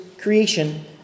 creation